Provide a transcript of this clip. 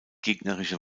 gegnerische